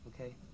Okay